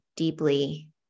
Deeply